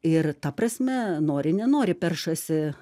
ir ta prasme nori nenori peršasi